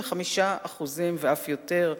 95% מן הדגלים, ואף יותר,